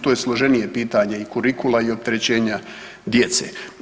To je složenije pitanje i kurikula i opterećenja djece.